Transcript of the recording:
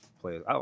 Players